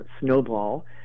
snowball